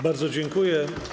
Bardzo dziękuję.